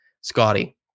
Scotty